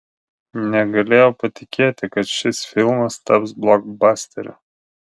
negalėjau patikėti kad šis filmas taps blokbasteriu